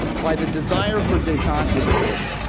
by the desire for detente with iran.